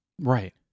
right